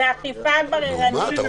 ואכיפה בררנית.